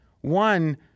One